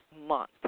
month